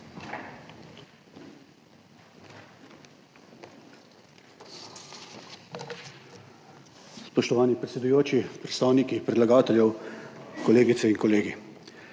Spoštovani predsedujoči, predstavniki predlagateljev, kolegice in kolegi!